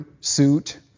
suit